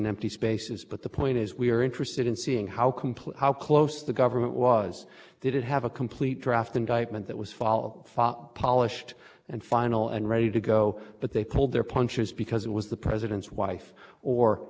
spaces but the point is we are interested in seeing how complete how close the government was they did have a complete draft indictment that was fall polished and final and ready to go but they pulled their punches because it was the president's wife or is